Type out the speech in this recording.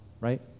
right